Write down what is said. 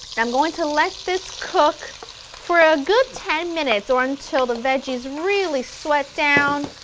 and i'm going to let this cook for a good ten minutes or until the veggies really sweat down,